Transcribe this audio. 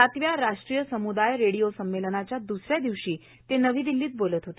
सातव्या राश्ट्रीय समुदाय रेडिओ संमेलनाच्या दुसऱ्या दिवषी ते नवी दिल्ली इथं बोलत होते